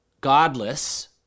godless